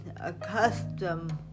accustomed